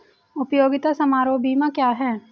उपयोगिता समारोह बीमा क्या है?